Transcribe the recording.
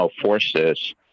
forces